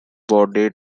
body